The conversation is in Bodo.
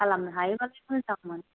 खालामनो हायोबालाय मोजांमोन